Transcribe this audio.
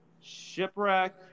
shipwreck